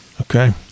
Okay